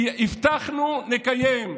כי הבטחנו, נקיים.